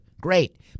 Great